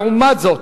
לעומת זאת,